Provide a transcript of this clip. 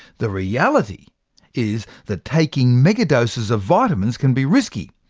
the reality is that taking megadoses of vitamins can be risky.